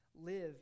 live